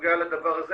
שנוגע לזה.